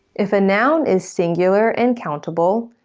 if a noun is singular and countable,